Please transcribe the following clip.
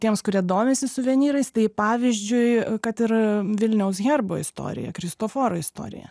tiems kurie domisi suvenyrais tai pavyzdžiui kad ir vilniaus herbo istorija kristoforo istorija